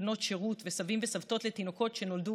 בנות שירות וסבים וסבתות לתינוקות שנולדו